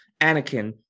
Anakin